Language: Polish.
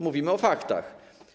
Mówimy o faktach.